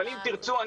אבל אם תרצו,